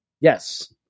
Yes